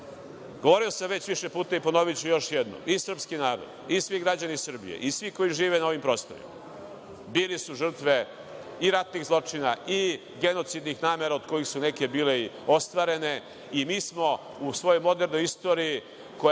žrtva. Govorio sam već više puta i ponoviću još jednom. I srpski narod i svi građani Srbije i svi koji žive na ovim prostorima bili su žrtve i ratnih zločina i genocidnih namera, od kojih su neke bile i ostvarene. I mi smo u svojoj modernoj istoriji, koja je